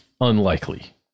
unlikely